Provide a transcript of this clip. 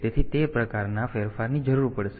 તેથી તે પ્રકારના ફેરફારની જરૂર પડશે